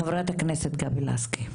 חברת הכנסת גבי לסקי.